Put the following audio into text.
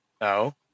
No